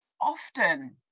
often